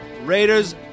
Raiders